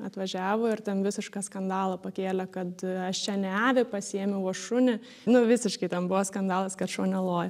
atvažiavo ir ten visišką skandalą pakėlė kad aš čia ne avį pasiėmiau o šunį nu visiškai ten buvo skandalas kad šuo neloja